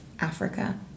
Africa